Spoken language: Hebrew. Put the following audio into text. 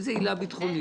איזו עילה ביטחונית?